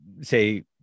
say